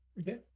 Okay